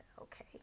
okay